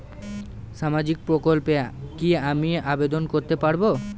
সামাজিক প্রকল্পে কি আমি আবেদন করতে পারবো?